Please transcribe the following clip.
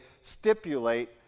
stipulate